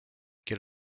get